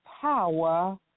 power